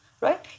right